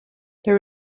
there